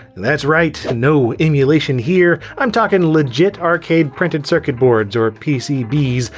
that's right, no emulation here! i'm talkin' legit arcade printed circuit boards, or pcbs,